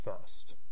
first